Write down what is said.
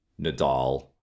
Nadal